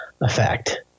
effect